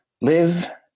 Live